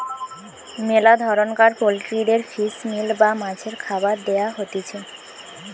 মেলা ধরণকার পোল্ট্রিদের ফিশ মিল বা মাছের খাবার দেয়া হতিছে